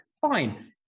fine